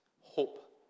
Hope